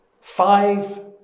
five